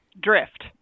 Drift